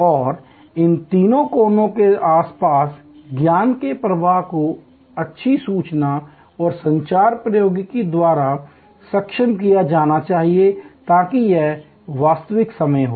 और इन तीनों कोनों के आस पास ज्ञान के प्रवाह को अच्छी सूचना और संचार प्रौद्योगिकी द्वारा सक्षम किया जाना चाहिए ताकि यह वास्तविक समय हो